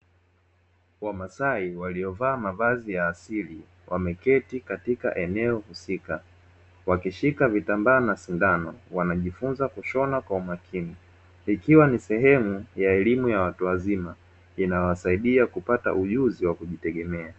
Wamasai waliovaa mavazi ya asili wameketi katika eneo husika wakishika vitambaa na sindano wanajifunza kushona kwa umakini, ikiwa ni sehemu ya elimu ya watu wazima inayowasadia kupata ujuzi wa kujitegemea.